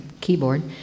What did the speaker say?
keyboard